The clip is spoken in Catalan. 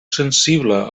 sensible